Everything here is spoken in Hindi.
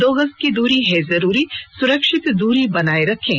दो गज की दूरी है जरूरी सुरक्षित दूरी बनाए रखें